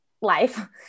life